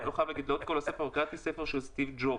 קראתי ספר של סטיב ג'ובס.